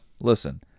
Listen